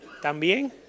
¿También